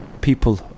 people